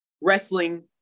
wrestling